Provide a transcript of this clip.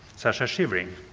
such as shivering.